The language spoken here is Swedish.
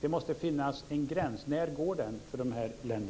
Det måste finnas en gräns. Var går den för dessa länder?